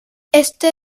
este